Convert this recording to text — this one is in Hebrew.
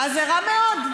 זה רע מאוד.